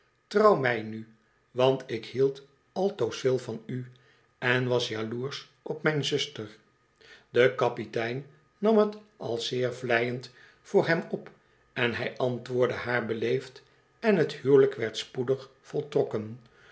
trouw mij nu want ik hield altoos veel van u en was jaloersch op mijn zuster de kapitein nam t als zeer vleiend voor hem op en hij antwoordde haar beleefd en t huwelijk werd spoedig voltrokken